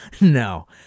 No